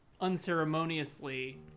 unceremoniously